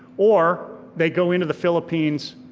or they go into the philippines,